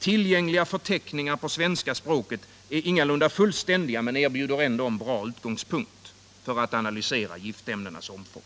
Tillgängliga förteckningar på svenska språket är ingalunda fullständiga men erbjuder ändå en bra utgångspunkt för att analysera giftämnenas omfång.